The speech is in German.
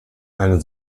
eine